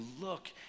look